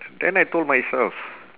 then I told myself